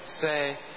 say